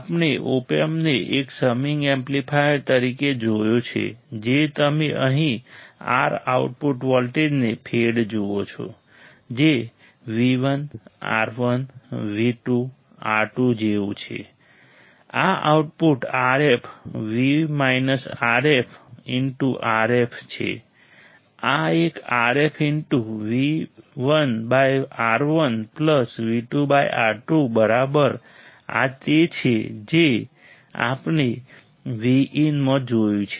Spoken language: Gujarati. આપણે ઓપ એમ્પને એક સમિંગ એમ્પ્લીફાયર તરીકે જોયો છે જે તમે અહીં R આઉટપુટ વોલ્ટેજને ફેડ જુઓ છો જે V1 R1 V2 R2 જેવું છે આ આઉટપુટ RFRF છે આ એક RFV1R1 V2R2 બરાબર આ તે છે જે આપણે Vin માં જોયું છે